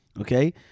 okay